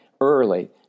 early